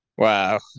Wow